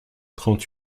trente